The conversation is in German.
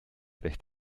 recht